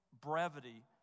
brevity